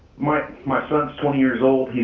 my my son's twenty years old.